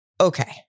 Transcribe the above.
okay